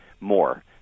more